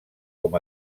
com